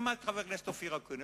שמעתי את חבר הכנסת אופיר אקוניס.